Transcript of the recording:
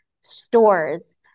stores